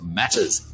matters